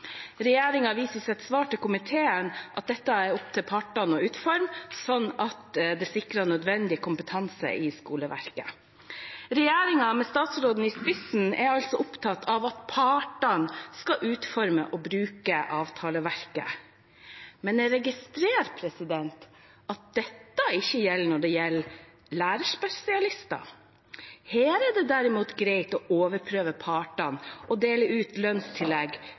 viser i sitt svar til komiteen til at dette er opp til partene å utforme slik at det sikrer nødvendig kompetanse i skoleverket. Regjeringen, med statsråden i spissen, er altså opptatt av at partene skal utforme og bruke avtaleverket. Men jeg registrerer at dette ikke er tilfellet når det gjelder lærerspesialister. Her er det derimot greit å overprøve partene og dele ut lønnstillegg